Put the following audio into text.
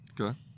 Okay